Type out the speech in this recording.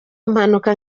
impanuka